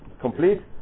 complete